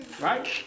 Right